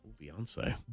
Beyonce